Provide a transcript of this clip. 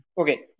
Okay